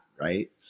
right